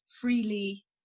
freely